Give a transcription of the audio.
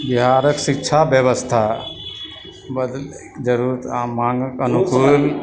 बिहारक शिक्षा व्यवस्था बदलयक जरुरत आ माँगक अनुकूल